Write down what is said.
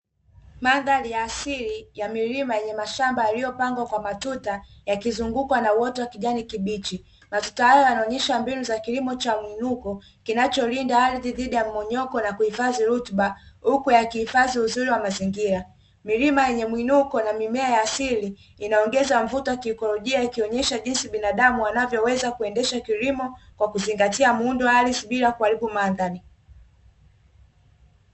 Mandhari ya asili ya milima yenye mashamba yaliyopangwa kwa matuta, yakizungukwa na uoto wa kijani kibichi. Matuta hayo yanaonyesha mbinu za kilimo cha muinuko kinacholinda ardhi dhidi ya mmomonyoko na kuhifadhi rutuba, huku yakihifadhi uzuri wa mazingira. Milima yenye muinuko na mimea ya asili inaongeza mvuto kiikolojia, ikionyesha jinsi binadamu wanavyoweza kuendesha kilimo kwa kuzingatia muundo wa ardhi bila kuharibu mandhari.